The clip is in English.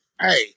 Hey